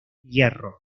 hierro